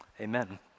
Amen